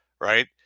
right